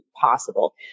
possible